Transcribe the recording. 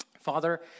Father